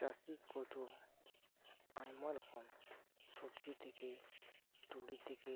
ᱪᱟᱥᱤ ᱠᱚᱫᱚ ᱟᱭᱢᱟ ᱨᱚᱠᱚᱢ ᱥᱚᱵᱽᱡᱤ ᱛᱷᱮᱠᱮ ᱛᱩᱲᱤ ᱛᱷᱮᱠᱮ